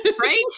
right